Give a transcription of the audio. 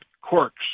Quirk's